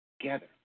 Together